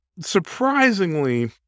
surprisingly